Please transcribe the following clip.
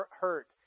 hurt